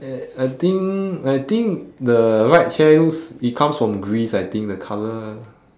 eh I think I think the right chair looks it comes from greece I think the colour